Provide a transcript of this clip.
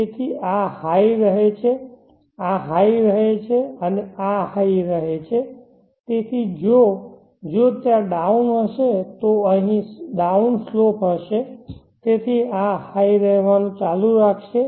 તેથી આ હાઈ રહે છે આ હાઈ રહે છે અને આ હાઈ રહે છે તેથી જો જો ત્યાં ડાઉન હશે તો અહીં ડાઉન સ્લોપ હશે તેથી આ હાઈ રહેવાનું ચાલુ રાખશે